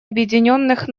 объединенных